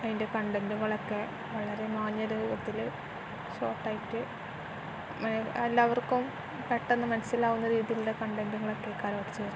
അതിൻ്റെ കണ്ടൻ്റുകളൊക്കെ വളരെ മാന്യ രുപത്തിൽ ഷോർട്ടായിട്ട് എല്ലാവർക്കും പെട്ടെന്ന് മനസ്സിലാവുന്ന രീതിയിലുള്ള കണ്ടൻ്റുകളൊക്കെ കുറച്ചു വരും